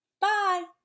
Bye